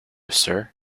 sir